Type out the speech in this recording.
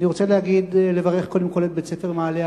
אני רוצה לברך קודם כול את בית-הספר "מעלה"